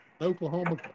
Oklahoma